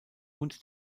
und